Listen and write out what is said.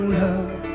love